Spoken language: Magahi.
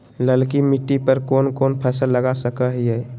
ललकी मिट्टी पर कोन कोन फसल लगा सकय हियय?